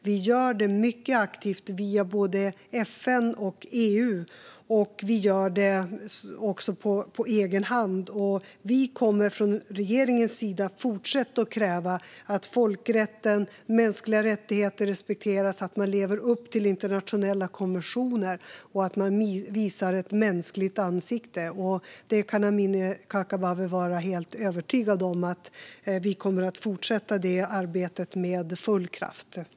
Vi gör detta mycket aktivt via både FN och EU. Vi gör det också på egen hand, och regeringen kommer att fortsätta att kräva att folkrätten och mänskliga rättigheter respekteras och att man lever upp till internationella konventioner och visar ett mänskligt ansikte. Amineh Kakabaveh kan vara helt övertygad om att vi kommer att fortsätta detta arbete med full kraft.